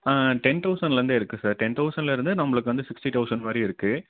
ten தௌசண்ட்லேருந்தே இருக்குது sir ten தௌசண்ட்லேருந்தே நம்மளுக்கு வந்து சிக்ஸ்ட்டி தௌசண்ட் வரையும் இருக்குது